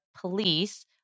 police